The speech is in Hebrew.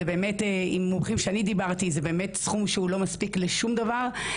זה באמת סכום שלא מספיק לשום דבר לפי מומחים שדיברתי איתם.